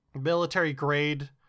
military-grade